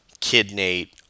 KidNate